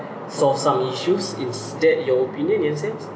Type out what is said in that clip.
solve some issues instead your opinion in a sense